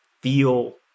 feel